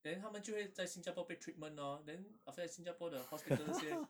then 他们就会在新加坡被 treatment lor then after that 新加坡的 hospital 这些